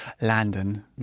Landon